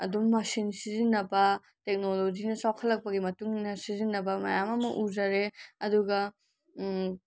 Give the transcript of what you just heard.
ꯑꯗꯨꯝꯕꯁꯤꯡ ꯁꯤꯖꯤꯟꯅꯕ ꯇꯦꯛꯅꯣꯂꯣꯖꯤꯅ ꯆꯥꯎꯈꯠꯂꯛꯄꯒꯤ ꯃꯇꯨꯡ ꯏꯟꯅ ꯁꯤꯖꯤꯟꯅꯕ ꯃꯌꯥꯝ ꯑꯃ ꯎꯖꯔꯦ ꯑꯗꯨꯒ